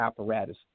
apparatus